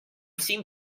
seem